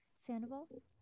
Sandoval